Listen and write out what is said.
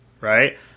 right